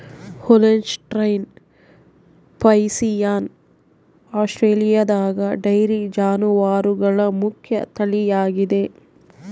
Holstein Friesian ಆಸ್ಟ್ರೇಲಿಯಾದಗ dairy ಜಾನುವಾರುಗಳ ಮುಖ್ಯ ತಳಿಯಾಗಿದೆ